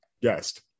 guest